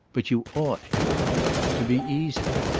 but you ought, he wound up, to be easy.